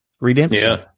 redemption